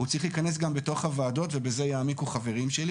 הוא צריך להיכנס גם בתוך הוועדות ובזה יעמיקו חברים שלי